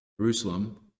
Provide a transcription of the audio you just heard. Jerusalem